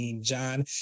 John